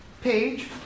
page